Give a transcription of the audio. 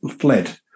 fled